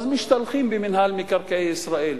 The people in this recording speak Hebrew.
אז משתלחים במינהל מקרקעי ישראל,